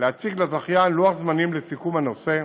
להציג לזכיין לוח זמנים לסיכום הנושא,